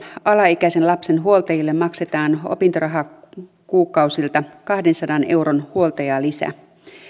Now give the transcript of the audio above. alaikäisen lapsen huoltajille maksetaan opintorahakuukausilta kahdensadan euron huoltajalisä